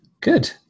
good